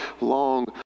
long